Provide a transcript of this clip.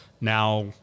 now